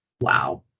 Wow